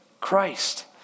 Christ